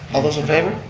all those in favor?